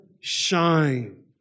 Shine